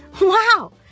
Wow